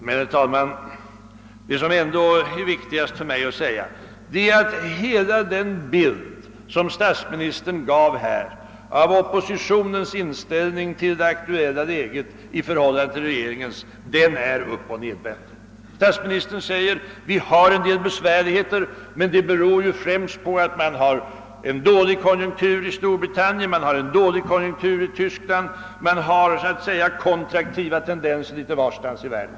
Men, herr talman, det som ändå är viktigast för mig att säga, det är att hela den bild som statsministern här givit av oppositionens inställning till det aktuella läget i förhållande till regeringens inställning till detta, den är uppoch nedvänd. Statsministern säger att vårt land nu har en del besvärligheter men att de främst beror på att det är dålig konjunktur i Storbritannien och i Tyskland och att man har kontraktiva tendenser litet varstans i världen.